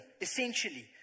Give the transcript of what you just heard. essentially